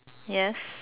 yes